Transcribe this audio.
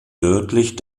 nördlich